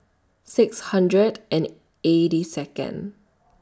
six hundred and eighty Second